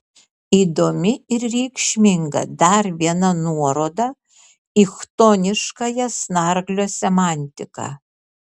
įdomi ir reikšminga dar viena nuoroda į chtoniškąją snarglio semantiką